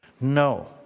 No